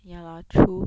ya lah true